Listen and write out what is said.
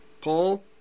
Paul